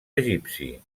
egipci